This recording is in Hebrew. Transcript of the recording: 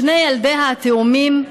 שני ילדיה התאומים,